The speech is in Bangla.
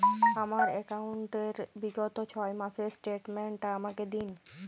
আমার অ্যাকাউন্ট র বিগত ছয় মাসের স্টেটমেন্ট টা আমাকে দিন?